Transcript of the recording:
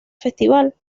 festival